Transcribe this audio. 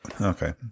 Okay